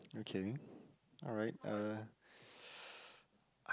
okay alright uh